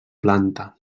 planta